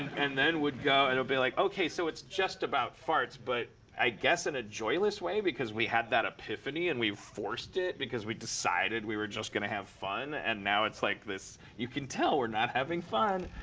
and then we'd go and be like, ok, so it's just about farts but i guess in a joyless way. because we had that epiphany, and we forced it. because we decided we were just going to have fun, and now it's like this you can tell we're not having fun.